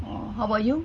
uh how about you